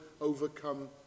overcome